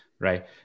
right